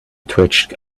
twitched